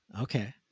Okay